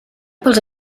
pels